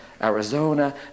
Arizona